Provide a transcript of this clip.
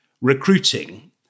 recruiting